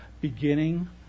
beginning